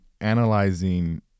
analyzing